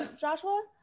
Joshua